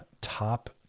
top